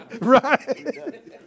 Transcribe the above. Right